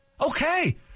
Okay